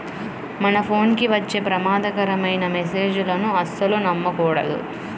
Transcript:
మన ఫోన్ కి వచ్చే ప్రమాదకరమైన మెస్సేజులను అస్సలు నమ్మకూడదు